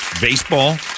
baseball